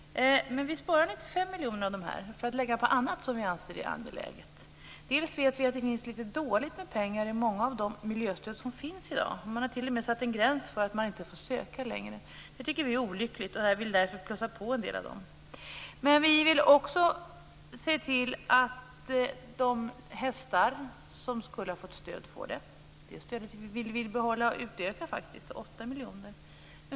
Men vi sparar 95 miljoner av detta för att lägga på annat som vi anser är angeläget. Vi vet att det finns litet dåligt med pengar i många av de miljöstöd som finns i dag. Man har t.o.m. satt en gräns för att man inte får söka längre. Det tycker vi är olyckligt. Därför vill vi öka på en del av dem. Men vi vill också se till att de hästar som skulle ha fått stöd får det. Det stödet vill vi behålla och utöka till 8 miljoner.